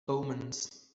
omens